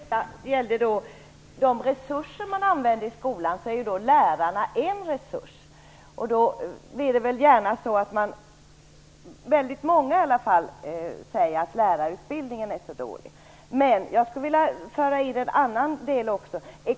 Herr talman! Av de resurser som används i skolan är lärarna en. Många säger att lärarutbildningen är dålig. Men jag skulle vilja få in en annan aspekt.